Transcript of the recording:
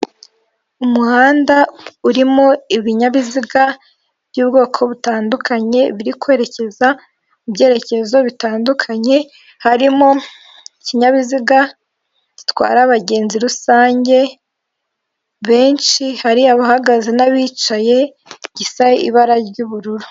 Umuhanda urimo ibinyabiziga by'ubwoko butandukanye biri kwerekeza mu byerekezo bitandukanye, harimo ikinyabiziga gitwara abagenzi rusange benshi hari abahagaze n'abicaye gisa ibara ry'ubururu.